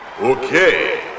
Okay